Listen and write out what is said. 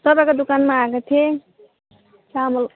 तपाईँको दुकानमा आएको थिएँ चामल